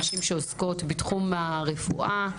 נשים שעוסקות בתחום הרפואה,